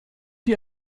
die